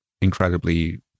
incredibly